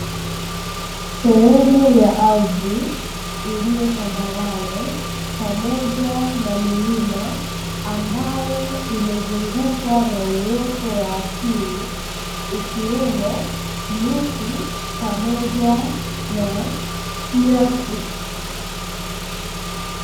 Sehemu ya ardhi iliyo tambarare pamoja na milima, ambayo imezungukwa na uoto wa asili ikiwemo miti pamoja na nyasi.